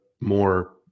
more